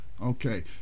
Okay